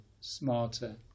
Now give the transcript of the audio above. smarter